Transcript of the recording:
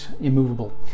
immovable